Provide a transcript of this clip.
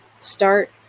start